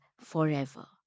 forever